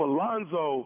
Alonzo